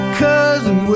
cousin